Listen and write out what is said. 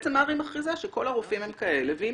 בעצם הר"י מכריזה שכל הרופאים הם כאלה והיא